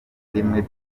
rimwe